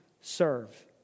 serve